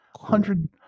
Hundred